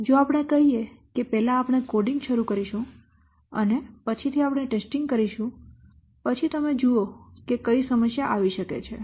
તેથી જો આપણે કહીએ કે પહેલા આપણે કોડિંગ શરૂ કરીશું અને પછીથી આપણે ટેસ્ટિંગ કરીશું પછી તમે જુઓ કે કઈ સમસ્યા આવી શકે છે